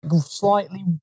slightly